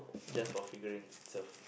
just for figurines itself